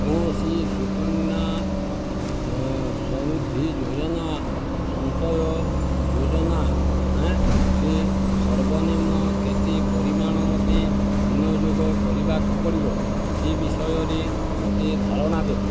କୌଣସି ସୁକନ୍ୟା ସମୃଦ୍ଧି ଯୋଜନା ସଞ୍ଚୟ ଯୋଜନା ରେ ସର୍ବନିମ୍ନ କେତେ ପରିମାଣ ମୋତେ ବିନିଯୋଗ କରିବାକୁ ପଡ଼ିବ ସେ ବିଷୟରେ ମୋତେ ଧାରଣା ଦିଅ